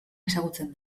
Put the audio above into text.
ezagutzen